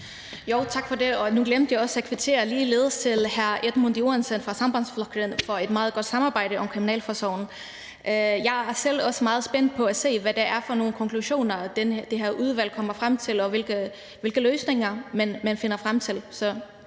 (JF): Tak for det. Og nu glemte jeg også ligeledes at kvittere til hr. Edmund Joensen fra Sambandsflokkurin for et meget godt samarbejde om kriminalforsorgen. Jeg er også selv meget spændt på at se, hvad det er for nogle konklusioner, som det her udvalg kommer frem til, og hvilke løsninger man finder frem til.